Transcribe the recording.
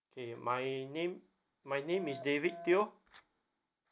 K my name my name is david teo